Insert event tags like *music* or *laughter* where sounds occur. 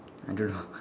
I don't know *laughs*